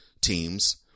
teams